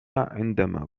عندما